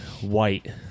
white